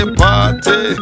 party